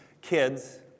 Kids